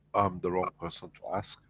i'm the wrong person to